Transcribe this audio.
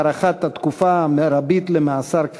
הארכת התקופה המרבית למאסר כפייה),